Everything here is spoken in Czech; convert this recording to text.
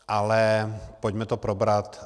Ale pojďme to probrat.